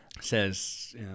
Says